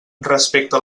respecte